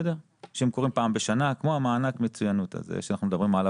שהם קורים פעם בשנה כמו מענק המצוינות עליו אנחנו מדברים.